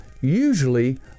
usually